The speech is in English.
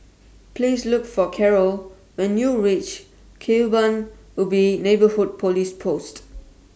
Please Look For Carlo when YOU REACH Kebun Ubi Neighbourhood Police Post